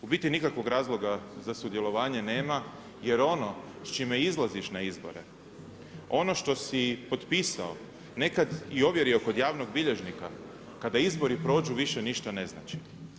U biti nikakvog razloga za sudjelovanje nema, jer ono s čime izlaziš na izbore, ono što si potpisao, nekad i ovjerio kod javnog bilježnika, kada izbori prođu, više ništa ne znači.